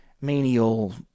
menial